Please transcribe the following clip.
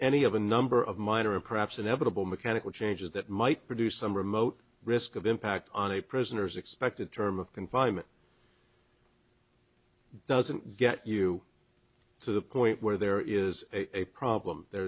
any of a number of minor or perhaps inevitable mechanical changes that might produce some remote risk of impact on a prisoners expected term of confinement doesn't get you to the point where there is a problem there